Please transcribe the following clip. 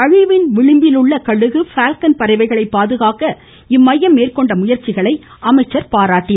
அழிவின் விளிம்பில் உள்ள கழுகு குயடஉழ ெபறவைகளை பாதுகாக்க இம்மையம் மேற்கொண்ட முயற்சிகளை அமைச்சர் பாராட்டினார்